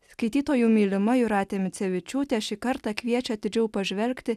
skaitytojų mylima jūratė micevičiūtė šį kartą kviečia atidžiau pažvelgti